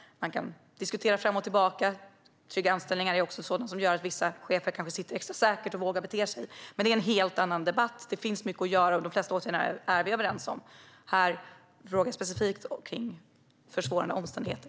Man kan diskutera fram och tillbaka. Trygga anställningar kanske också är något som gör att vissa chefer sitter extra säkert och vågar bete sig på ett visst sätt. Det är dock en helt annan debatt. Det finns mycket att göra, och de flesta åtgärderna är vi överens om. Nu frågar jag specifikt om försvårande omständigheter.